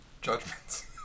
judgments